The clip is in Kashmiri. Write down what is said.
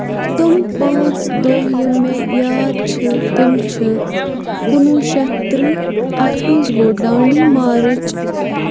تِم پانٛژھ دۄہ یِم مےٚ یاد چھِ تِم چھِ کُنہٕ وُہ شیٚتھ ترٕٛہ اَتھ منٛز گوٚو ڈانڈی مارٕچ